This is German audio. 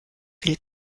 viel